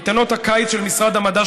קייטנות הקיץ של משרד המדע,